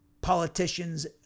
politicians